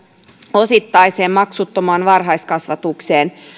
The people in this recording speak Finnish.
osittaiseen maksuttomaan varhaiskasvatukseen